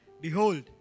Behold